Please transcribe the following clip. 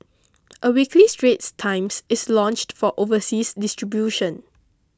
a weekly Straits Times is launched for overseas distribution